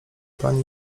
pani